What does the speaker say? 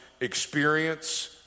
experience